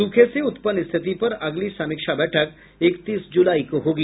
सूखे से उत्पन्न स्थिति पर अगली समीक्षा बैठक इकतीस जुलाई को होगी